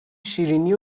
شیرینی